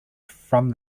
from